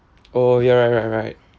oh yeah right right right